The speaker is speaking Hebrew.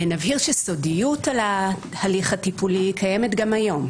נבהיר שסודיות על ההליך הטיפולי קיימת גם היום.